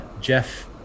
jeff